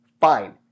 fine